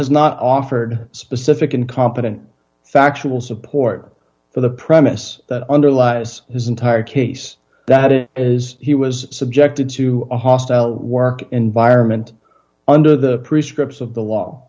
has not offered specific and competent factual support for the premise that underlies his entire case that it is he was subjected to a hostile work environment under the three scripts of the